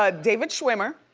ah david schwimmer.